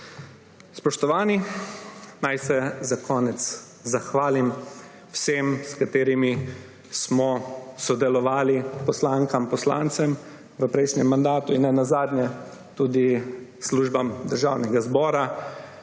Spoštovani, naj se za konec zahvalim vsem, s katerimi smo sodelovali, poslankam, poslancem v prejšnjem mandatu in ne nazadnje tudi službam Državnega zbora,